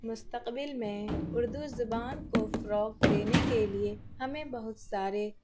مستقبل میں اردو زبان کو فروغ دینے کے لیے ہمیں بہت سارے